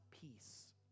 peace